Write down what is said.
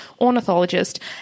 ornithologist